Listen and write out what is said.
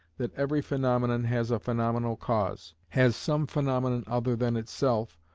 that every phaenomenon has a phaenomenal cause has some phaenomenon other than itself,